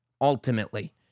ultimately